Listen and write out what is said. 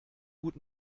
gut